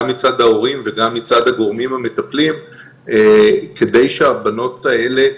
גם מצד ההורים וגם מצד הגורמים כדי שהבנות האלה,